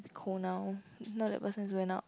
cold now now that person went out